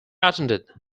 attended